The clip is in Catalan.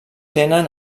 tenen